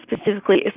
specifically